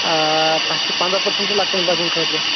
آ آ تتھ چھِ پندہ پٔرسنٹ چھُ لۄکٹٮ۪ن بچن خٲطرٕ